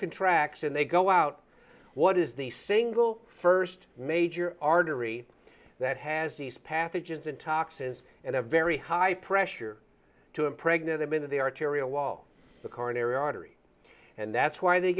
contracts and they go out what is the single first major artery that has these pathogens and toxins and a very high pressure to impregnate them into the arterial wall the coronary artery and that's why they